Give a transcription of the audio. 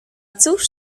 cóż